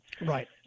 Right